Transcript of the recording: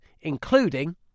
including